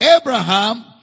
Abraham